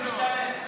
זה משתלם,